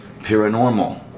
paranormal